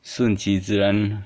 顺其自然